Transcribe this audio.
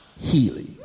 Healy